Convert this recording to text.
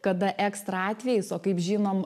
kada ekstra atvejis o kaip žinom